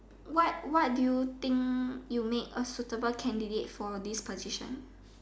what what do you think you made a suitable candidate for this position